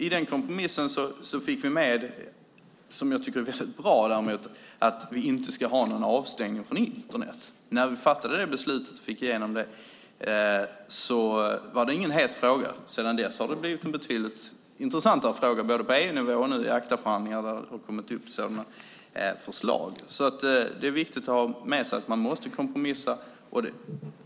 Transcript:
I den kompromissen fick vi med - och det tycker jag är väldigt bra - att vi inte ska ha någon avstängning från Internet. När vi fick igenom det beslutet var det inget hett ämne, men sedan dess har det blivit en betydligt intressantare fråga både på EU-nivå och i ACTA-förhandlingar, där det har kommit upp som förslag. Det är alltså viktigt att ha med sig att man måste kompromissa.